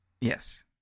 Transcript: Yes